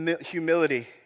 humility